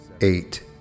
eight